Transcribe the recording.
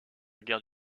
guerre